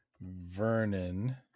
Vernon